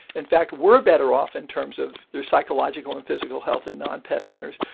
in fact, were better off in terms of their psychological and physical health than non-pet owners.